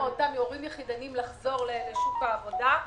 מאותם הורים יחידניים לחזור לשוק העבודה.